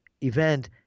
event